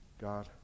God